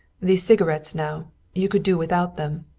these cigarettes, now you could do without them.